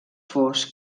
fosc